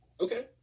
Okay